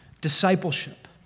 discipleship